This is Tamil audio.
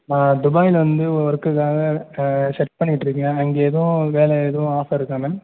நான் துபாயில் வந்து ஒர்க்குக்காக சர்ச் பண்ணிகிட்டு இருக்கேன் அங்கே எதுவும் வேலை எதுவும் ஆஃபர் இருக்கா மேம்